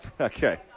Okay